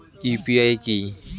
UPI কি?